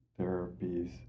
therapies